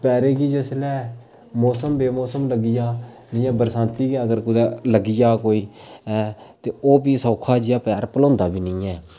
पैरें गी जिसलै मौसम बे मौसम लग्गी जा जि'यां बरसांती गै अगर लग्गी जा कोई ते ओह् बी सौखा जेहा पैर संभलोंदा बी निं ऐ